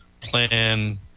plan